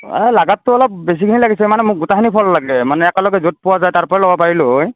এই লাগাতটো অলপ বেছিকেহে লাগিছিলে মানে মোক গোটেইখিনি ফল লাগে মানে একেলগে য'ত পোৱা যায় তাৰপৰাই ল'ব পাৰিলোঁ হয়